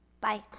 Bye